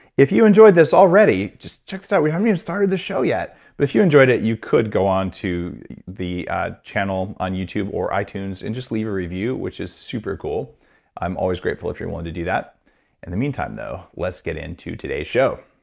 if you enjoyed this already, just check this out we haven't even started the show yet, but if you enjoyed it, you could go onto the channel on youtube or itunes and just leave a review, which is super cool i'm always grateful if you're willing to do that in and the meantime though, let's get into today's show.